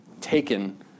taken